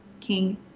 King